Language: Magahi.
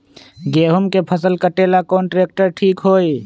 गेहूं के फसल कटेला कौन ट्रैक्टर ठीक होई?